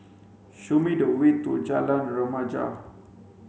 show me the way to Jalan Remaja